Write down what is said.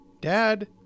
Dad